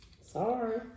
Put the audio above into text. Sorry